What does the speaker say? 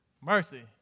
Mercy